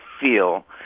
feel